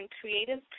Creative